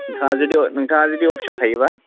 नोंथाङा जुदि नोंथाङा जुदि अफिसाव थायोब्ला